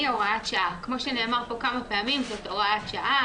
כמו שנאמר כאן כמה פעמים, מדובר בהוראת שעה.